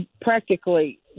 practically